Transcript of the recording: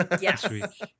Yes